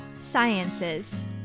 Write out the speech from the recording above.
Sciences